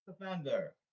defender